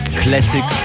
Classics